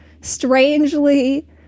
strangely